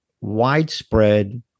widespread